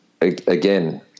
again